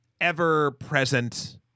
ever-present